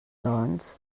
doncs